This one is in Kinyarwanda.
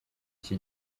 iki